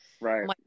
right